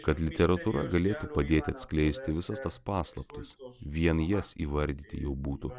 kad literatūra galėtų padėti atskleisti visas tas paslaptis o vien jas įvardyti jau būtų